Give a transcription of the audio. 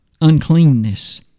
uncleanness